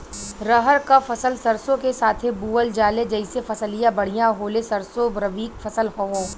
रहर क फसल सरसो के साथे बुवल जाले जैसे फसलिया बढ़िया होले सरसो रबीक फसल हवौ